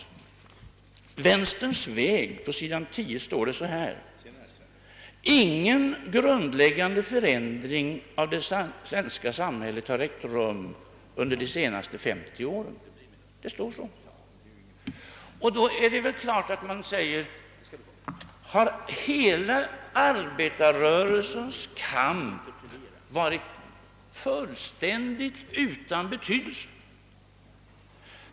I Vänsterns väg står det på s. 10: »Ingen grundläggande förändring av det svenska samhället har ägt rum under de senaste 50 åren.» Det står så. Då är det väl klart att man frågar: Har hela arbetarrörelsens kamp varit fullständigt utan betydelse?